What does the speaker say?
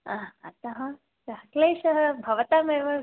हा अतः सः क्लेशः भवतामेव